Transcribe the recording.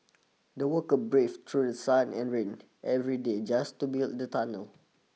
the workers braved through sun and rain every day just to build the tunnel